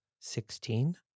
Sixteen